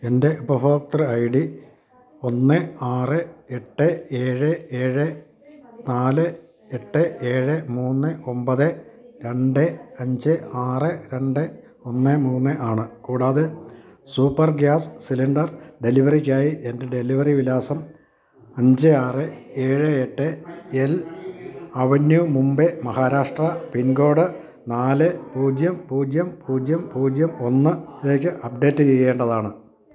എൻ്റെ ഉപഭോക്തൃ I D ഒന്ന് ആറ് എട്ട് ഏഴ് ഏഴ് നാല് എട്ട് ഏഴ് മൂന്ന് ഒമ്പത് രണ്ട് അഞ്ച് ആറ് രണ്ട് ഒന്ന് മൂന്ന് ആണ് കൂടാതെ സൂപ്പർ ഗ്യാസ് സിലിണ്ടർ ഡെലിവെറിക്കായി എൻ്റെ ഡെലിവറി വിലാസം അഞ്ച് ആറ് ഏഴ് എട്ട് L avenue Mumbai Maharashtra pin code നാല് പൂജ്യം പൂജ്യം പൂജ്യം പൂജ്യം ഒന്നിലേക്ക് അപ്ഡേറ്റ് ചെയ്യേണ്ടതാണ്